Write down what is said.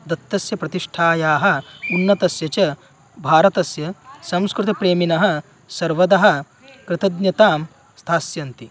दत्तस्य प्रतिष्ठायाः उन्नतस्य च भारतस्य संस्कृतप्रेमिणः सर्वदा कृतज्ञतां स्थास्यन्ति